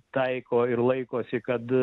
taiko ir laikosi kad